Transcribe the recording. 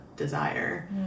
desire